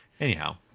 anyhow